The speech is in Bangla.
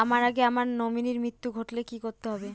আমার আগে আমার নমিনীর মৃত্যু ঘটলে কি করতে হবে?